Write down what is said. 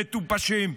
מטופשים.